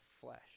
flesh